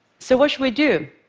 so what should we do?